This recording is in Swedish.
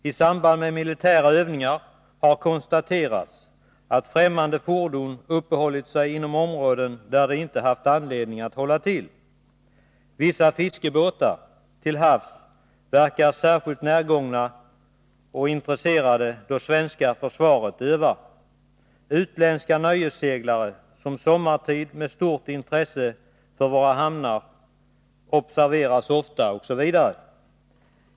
I samband med militära övningar har konstaterats att främmande fordon uppehållit sig inom områden där de inte haft anledning att hålla till. Vissa ”fiskebåtar” till havs verkar särskilt närgångna och intresserade då svenska försvaret övar, ”utländska nöjesseglare” med stort intresse för våra hamnar observeras ofta sommartid osv.